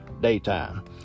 daytime